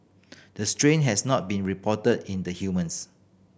the strain has not been reported in the humans